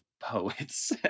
poets